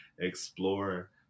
explore